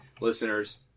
listeners